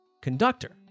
Conductor